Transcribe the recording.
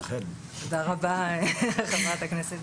תודה רבה חברת הכנסת גמליאל.